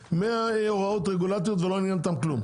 כ-100 הוראות רגולטוריות ולא עניין אותם כלום.